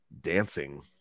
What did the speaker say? dancing